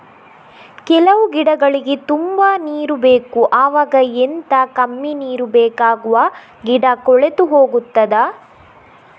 ಕೆಲವು ಗಿಡಗಳಿಗೆ ತುಂಬಾ ನೀರು ಬೇಕು ಅವಾಗ ಎಂತ, ಕಮ್ಮಿ ನೀರು ಬೇಕಾಗುವ ಗಿಡ ಕೊಳೆತು ಹೋಗುತ್ತದಾ?